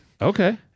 Okay